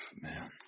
man